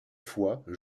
fois